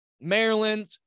Maryland